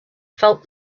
felt